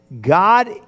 God